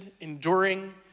enduring